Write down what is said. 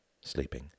sleeping